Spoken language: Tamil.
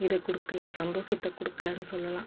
இதை கொடுக்கல சந்தோசத்தை கொடுக்கலன்னு சொல்லலாம்